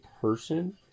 person